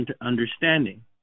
understanding